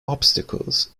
obstacles